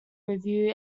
review